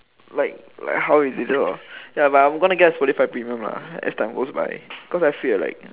like like how is it ya but I'm going to get Spotify premium lah as time goes by cause I feel that like